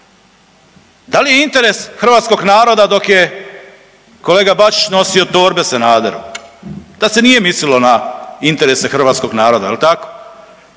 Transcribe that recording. Da li je interes hrvatskog naroda dok je kolega Bačić nosio torbe Sanaderu? Tad se nije mislio na interese hrvatskog naroda jel tako?